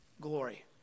glory